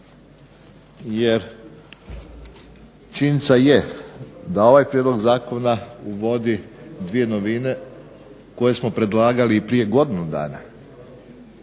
jer činjenica je da ovaj prijedlog zakona uvodi dvije novine koje smo predlagali i prije godinu dana,